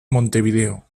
montevideo